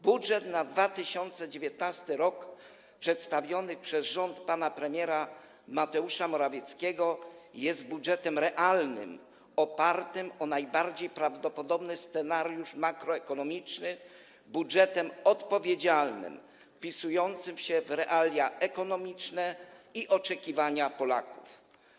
Budżet na 2019 r. przedstawiony przez rząd pana premiera Mateusza Morawieckiego jest budżetem realnym, opartym na najbardziej prawdopodobnym scenariuszu makroekonomicznym, budżetem odpowiedzialnym, wpisującym się w realia ekonomiczne i oczekiwania Polaków.